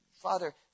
Father